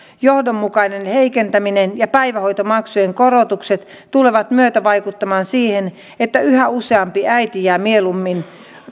johdonmukainen heikentäminen ja päivähoitomaksujen korotukset tulevat myötävaikuttamaan siihen että yhä useampi äiti jää mieluummin